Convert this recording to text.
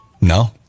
No